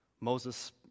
Moses